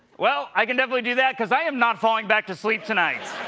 well, i can definitely do that because i am not falling back to sleep tonight.